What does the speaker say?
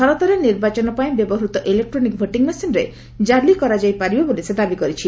ଭାରତରେ ନିର୍ବାଚନ ପାଇଁ ବ୍ୟବହୃତ ଇଲେକ୍ତୋନିକ୍ ଭୋଟିଂ ମେସିନ୍ରେ କାଲି କରାଯାଇ ପାରିବ ବୋଲି ସେ ଦାବି କରିଛି